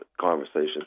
conversation